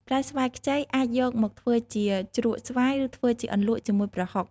ផ្លែស្វាយខ្ចីអាចយកមកធ្វើជាជ្រក់ស្វាយ ឬធ្វើជាអន្លក់ជាមួយប្រហុក។